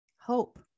Hope